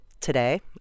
today